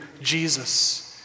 Jesus